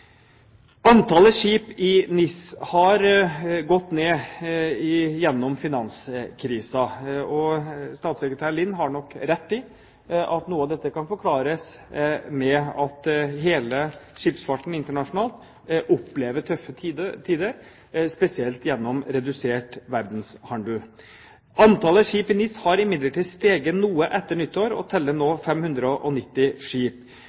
Antallet skip i NIS har gått ned under finanskrisen, og statssekretær Lind har nok rett i at noe av dette kan forklares med at hele skipsfarten internasjonalt opplever tøffe tider, spesielt gjennom redusert verdenshandel. Antallet skip i NIS har imidlertid steget noe etter nyttår og teller nå 590 skip.